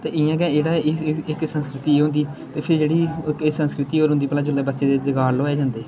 ते इ'यां गै एह्ड़ा इस इस इक संस्कृति एह् होंदी ते फ्ही जेह्ड़ी इक संस्कृति होर होंदी भला जेल्लै बच्चे दे जगाल लुआए जंदे